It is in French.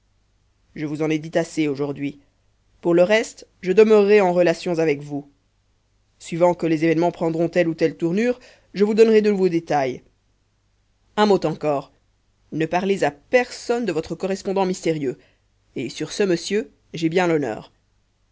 je vous en ai dit assez aujourd'hui pour le reste je demeurerai en relations avec vous suivant que les événements prendront telle ou telle tournure je vous donnerai de nouveaux détails un mot encore ne parlez à personne de votre correspondant mystérieux et sur ce monsieur j'ai bien l'honneur